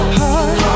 heart